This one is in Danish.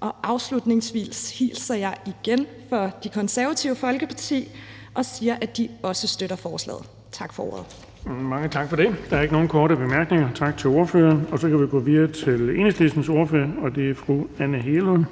og afslutningsvis hilser jeg igen fra Det Konservative Folkeparti og siger, at de også støtter forslaget. Tak for ordet. Kl. 16:55 Den fg. formand (Erling Bonnesen): Mange tak for det. Der er ikke nogen korte bemærkninger. Tak til ordføreren. Så kan vi gå videre til Enhedslistens ordfører, og det er fru Anne Hegelund.